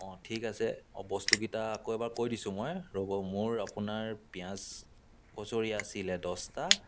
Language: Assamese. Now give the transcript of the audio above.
অঁ ঠিক আছে অঁ বস্তুকেইটা আকৌ এবাৰ কৈ দিছোঁ মই ৰ'ব মোৰ আপোনাৰ পিঁয়াজ কচুৰি আছিলে দহটা